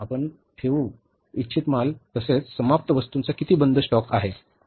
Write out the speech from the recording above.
आपण ठेवू इच्छित माल तसेच समाप्त वस्तूंचा किती बंद स्टॉक आहे